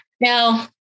Now